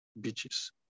beaches